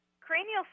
cranial